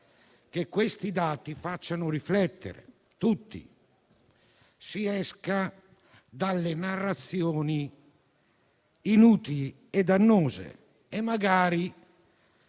che questi dati facciano riflettere tutti. Si esca dalle narrazioni inutili e dannose, così magari